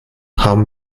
haben